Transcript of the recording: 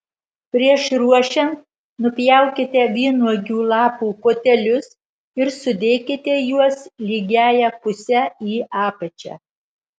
prieš ruošiant nupjaukite vynuogių lapų kotelius ir sudėkite juos lygiąja puse į apačią